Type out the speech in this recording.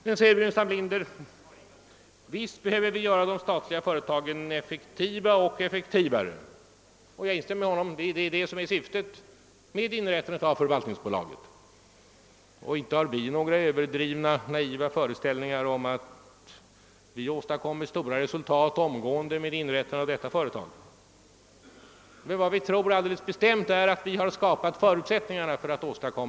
Men, säger herr Burenstam Linder, visst behöver vi göra de statliga företagen effektiva och effektivare. Jag instämmer i att detta är syftet med inrättandet av förvaltningsbolaget. Vi har inte heller några överdrivna och naiva föreställningar om att vi omgående åstadkommer stora resultat med inrättandet av detta företag, men vi tror alldeles bestämt att vi har skapat förutsättningarna för en sådan utveckling.